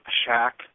shack